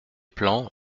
plan